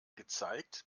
gezeigt